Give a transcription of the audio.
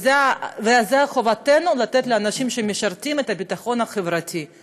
זאת חובתנו לתת את הביטחון החברתי לאנשים שמשרתים.